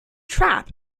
trap